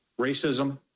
racism